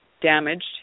damaged